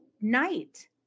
night